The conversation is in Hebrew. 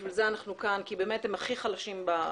ובשביל זה אנחנו כאן כי הם באמת הכי חלשים בחברה.